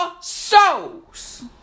souls